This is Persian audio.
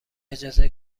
اجازه